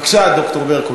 בבקשה, ד"ר ברקו.